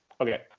Okay